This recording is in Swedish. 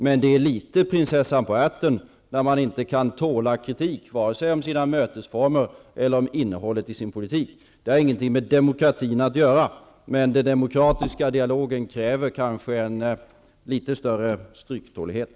Men det är litet av prinsessan på ärten när man inte kan tåla kritik av sina mötesformer eller innehållet i politiken. Det har ingenting med demokrati att göra, men den demokratiska dialogen kräver kanske en litet större stryktålighet.